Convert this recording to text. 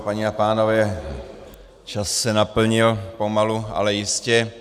Paní a pánové, čas se naplnil pomalu, ale jistě.